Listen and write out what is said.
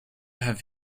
have